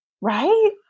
Right